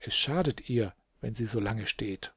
es schadet ihr wenn sie so lange steht